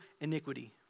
iniquity